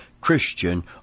Christian